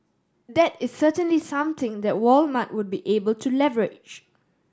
that is certainly something that Walmart would be able to leverage